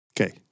Okay